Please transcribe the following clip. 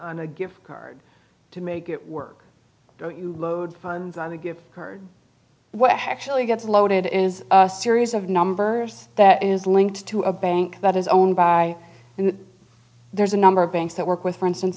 on a gift card to make it work don't you load funds on the give her what actually gets loaded is a series of numbers that is linked to a bank that is owned by and there's a number of banks that work with for instance